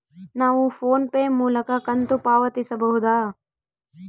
ನಾವು PhonePe ಮೂಲಕ ಕಂತು ಪಾವತಿಸಬಹುದಾ?